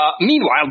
Meanwhile